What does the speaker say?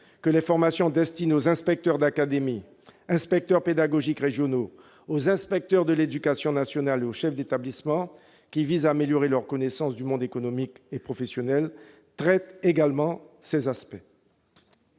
que les formations destinées aux inspecteurs d'académie, aux inspecteurs pédagogiques régionaux, aux inspecteurs de l'éducation nationale et aux chefs d'établissement, qui visent à améliorer leurs connaissances du monde économique et professionnel, traitent également ces aspects.